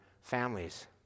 families